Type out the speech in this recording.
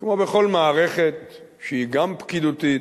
כמו בכל מערכת שהיא גם פקידותית,